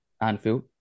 Anfield